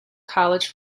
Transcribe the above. college